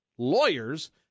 Lawyers